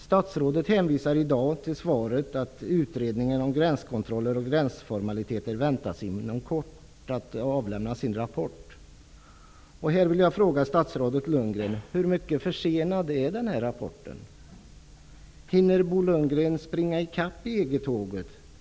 Statsrådet hänvisar i svaret i dag till att utredningen om gränskontroller och gränsformaliteter väntas att inom kort lämna sin rapport. Här vill jag fråga statsrådet Lundgren: Hur mycket försenad är denna rapport? Hinner Bo Lundgren springa i kapp EG-tåget?